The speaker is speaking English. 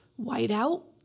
Whiteout